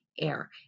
air